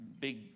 big